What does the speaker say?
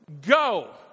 Go